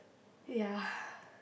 ya